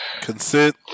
Consent